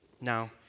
Now